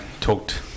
talked